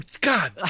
God